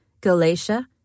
Galatia